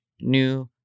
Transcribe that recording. new